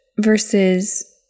versus